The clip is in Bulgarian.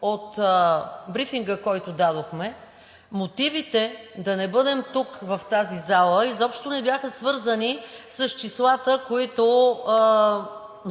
от брифинга, който дадохме. Мотивите да не бъдем тук, в тази зала, изобщо не бяха свързани с числата, които